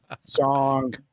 song